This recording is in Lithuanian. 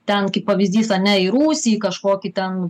ten kaip pavyzdys ane į rūsį į kažkokį ten